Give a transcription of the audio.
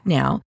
now